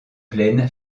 plaine